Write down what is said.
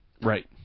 Right